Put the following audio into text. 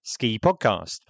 SKIPODCAST